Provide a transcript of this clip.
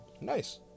Nice